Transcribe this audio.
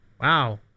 Wow